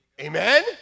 amen